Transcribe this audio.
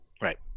Right